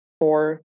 four